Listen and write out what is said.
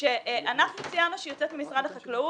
כאשר אנחנו ציינו שהיא יוצאת ממשרד החקלאות